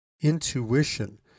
intuition